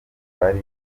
bari